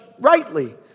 rightly